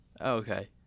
Okay